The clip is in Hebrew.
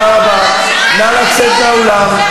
נא לצאת מהאולם.